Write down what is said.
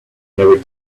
never